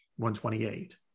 128